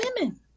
women